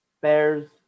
Bears